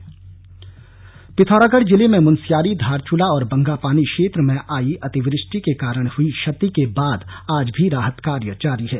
राहत बचाव पिथौरागढ़ जिले में मुनस्यारी धारचूला और बंगापानी क्षेत्र में आई अतिवृष्टि के कारण हुई क्षति के बाद आज भी राहत कार्य जारी है